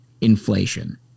inflation